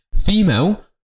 Female